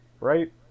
Right